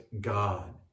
God